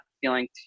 feeling